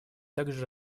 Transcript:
также